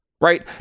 right